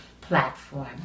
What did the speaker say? platform